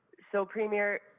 so, premier,